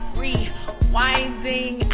rewinding